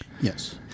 yes